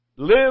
live